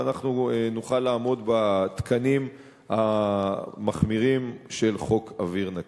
ואנחנו נוכל לעמוד בתקנים המחמירים של חוק אוויר נקי.